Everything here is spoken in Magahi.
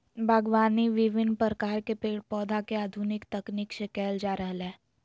बागवानी विविन्न प्रकार के पेड़ पौधा के आधुनिक तकनीक से कैल जा रहलै